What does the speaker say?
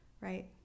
right